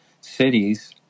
cities